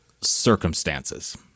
circumstances